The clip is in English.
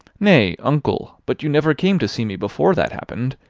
nay, uncle, but you never came to see me before that happened.